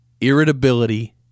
irritability